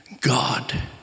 God